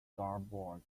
starboard